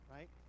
Right